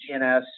GNS